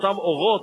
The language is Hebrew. אותם אורות,